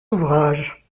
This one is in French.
ouvrages